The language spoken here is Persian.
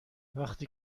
وقتی